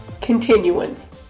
continuance